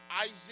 Isaac